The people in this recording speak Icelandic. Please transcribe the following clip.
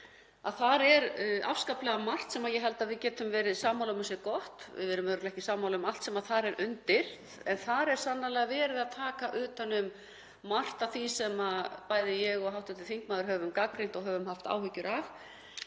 haust, er afskaplega margt sem ég held að við getum verið sammála um að sé gott. Við erum örugglega ekki sammála um allt sem þar er undir, en þar er sannarlega verið að taka utan um margt af því sem bæði ég og hv. þingmaður höfum gagnrýnt og höfum haft áhyggjur af.